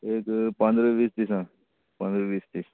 एक पन्र वीस दीस आसा पन्र वीस दीस